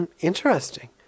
interesting